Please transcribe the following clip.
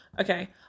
Okay